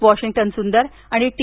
Washington Sundar आणि T